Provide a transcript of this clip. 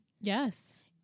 Yes